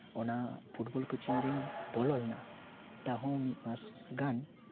ᱚᱱᱟ football coaching ᱨᱮᱧ ᱵᱚᱞᱚ ᱞᱮᱱᱟ ᱛᱟᱣᱦᱚᱸ ᱢᱤᱫ ᱢᱟᱥ ᱜᱟᱱ